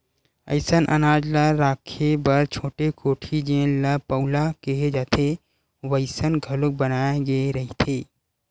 असइन अनाज ल राखे बर छोटे कोठी जेन ल पउला केहे जाथे वइसन घलोक बनाए गे रहिथे